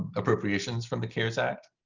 appropriations from the cares act.